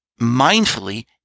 mindfully